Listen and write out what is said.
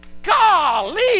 golly